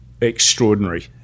extraordinary